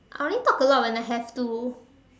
I only talk a lot when I have to